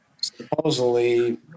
supposedly